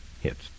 hits